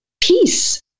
peace